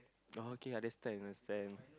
oh okay yeah understand understand